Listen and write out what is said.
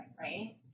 right